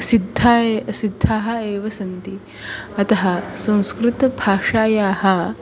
सिद्धाः ये सिद्धाः एव सन्ति अतः संस्कृतभाषायाः